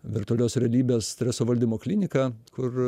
virtualios realybės streso valdymo kliniką kur